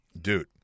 dude